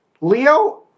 Leo